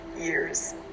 years